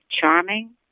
charming